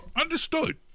Understood